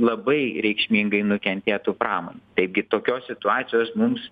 labai reikšmingai nukentėtų pramonė taigi tokios situacijos mums